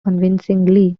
convincingly